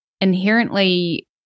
inherently